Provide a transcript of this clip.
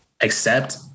accept